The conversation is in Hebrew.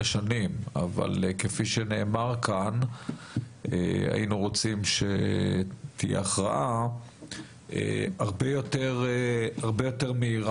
שנים אבל כפי שנאמר כאן היינו רוצים שתהיה הכרעה הרבה יותר מהירה.